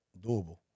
doable